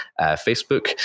Facebook